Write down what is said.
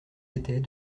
étaient